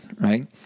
Right